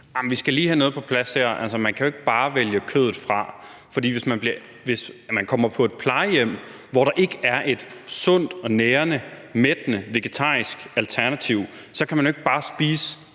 vi skal lige have noget på plads her: Man kan jo ikke bare vælge kødet fra. Hvis man kommer på et plejehjem, hvor der ikke er et sundt og nærende, mættende vegetarisk alternativ, kan man jo ikke bare spise